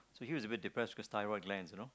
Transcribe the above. so he was a bit depressed cause thyroid glands you know